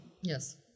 Yes